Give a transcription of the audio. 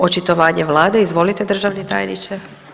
Očitovanje vlade, izvolite državni tajniče.